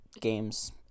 games